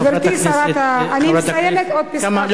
חברת הכנסת, חברת הכנסת, אני מסיימת עוד פסקה אחת.